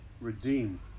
redeem